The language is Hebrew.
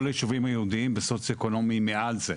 כל הישובים היהודים הם בסוציואקונומי מעל זה,